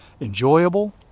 enjoyable